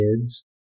kids